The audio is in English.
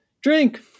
drink